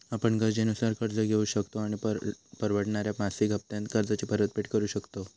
आपण गरजेनुसार कर्ज घेउ शकतव आणि परवडणाऱ्या मासिक हप्त्त्यांत कर्जाची परतफेड करु शकतव